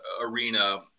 arena